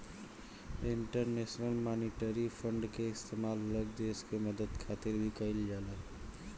international monetary fund के इस्तेमाल अलग देश के मदद खातिर भी कइल जाला